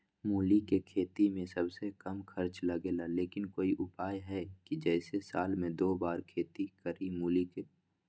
मूली के खेती में सबसे कम खर्च लगेला लेकिन कोई उपाय है कि जेसे साल में दो बार खेती करी मूली के?